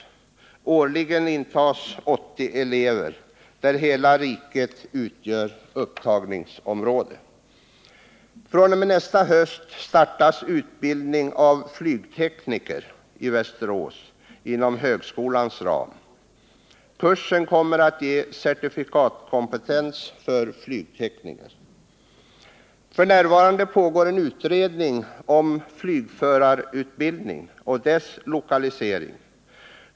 Årligen intages 80 elever, där hela riket utgör upptagningsområde. fr.o.m. nästa höst startas utbildning av flygtekniker i Västerås inom högskolans ram. Kursen kommer att ge certifikatkompetens för flygtekniker. F. n. pågår en utredning om flygförarutbildning och dess lokalisering.